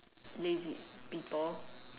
lazy people